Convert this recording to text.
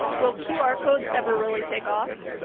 will qr codes ever really take off?